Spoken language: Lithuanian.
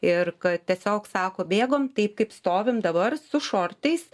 ir kad tiesiog sako bėgom taip kaip stovim dabar su šortais